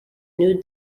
new